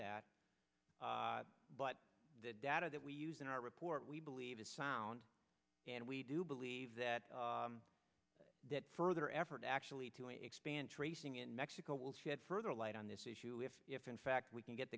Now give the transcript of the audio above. that but the data that we use in our report we believe is sound and we do believe that that further effort actually to expand tracing in mexico will further light on this issue if if in fact we can get